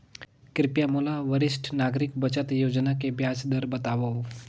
कृपया मोला वरिष्ठ नागरिक बचत योजना के ब्याज दर बतावव